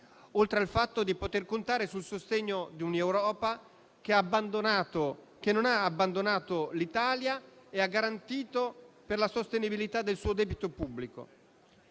oltre al fatto di poter contare sul sostegno di un'Europa che non ha abbandonato l'Italia e ha garantito la sostenibilità del suo debito pubblico.